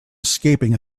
escaping